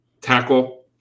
tackle